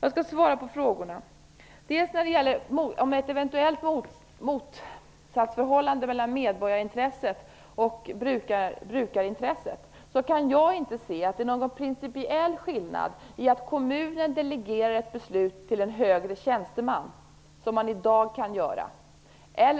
Jag skall svara på frågorna. När det gäller ett eventuellt motsatsförhållande mellan medborgarintresset och brukarintresset kan jag inte se att det är någon principiell skillnad mellan att en kommun delegerar ett beslut till en högre tjänsteman eller